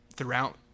Throughout